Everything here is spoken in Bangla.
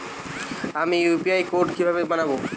আমি ইউ.পি.আই কোড কিভাবে বানাব?